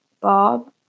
Bob